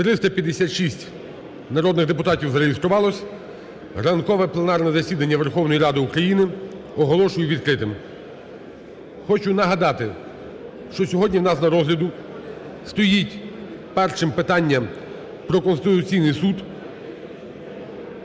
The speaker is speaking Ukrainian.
356 народних депутатів зареєструвалося. Ранкове пленарне засідання Верховної Ради України оголошую відкритим. Хочу нагадати, що сьогодні в нас на розгляді стоїть першим питання про Конституційний Суд.